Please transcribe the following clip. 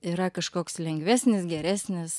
yra kažkoks lengvesnis geresnis